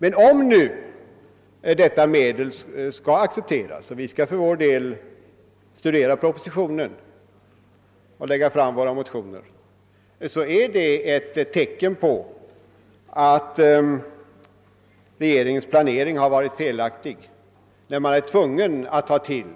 Kanske måste detta medel nu accepteras; vi skall för vår del studera propositionen och lägga fram våra motioner. Det är emellertid ett tecken på att regeringens planering har varit felaktig, när man är tvungen att ta till